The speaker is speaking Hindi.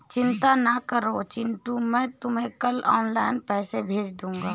चिंता ना करो चिंटू मैं तुम्हें कल ऑनलाइन पैसे भेज दूंगा